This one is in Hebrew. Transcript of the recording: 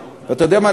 ואתה יודע מה,